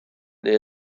neu